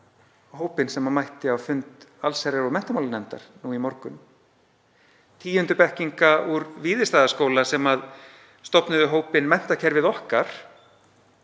hópinn sem mætti á fund allsherjar- og menntamálanefndar í morgun, tíundu bekkinga úr Víðistaðaskóla sem stofnuðu hópinn Menntakerfið okkar